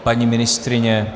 Paní ministryně?